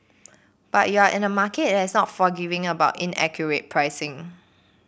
but you're in a market that it has not forgiving about inaccurate pricing